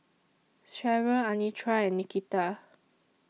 Sherryl Anitra and Nikita